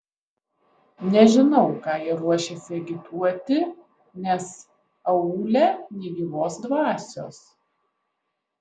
nežinau ką jie ruošiasi agituoti nes aūle nė gyvos dvasios